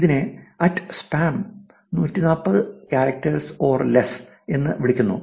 അതിനെ spam 140 characters or less എന്ന് വിളിക്കുന്നു